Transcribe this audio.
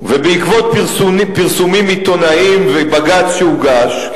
ובעקבות פרסומים עיתונאיים ובג"ץ שהוגש,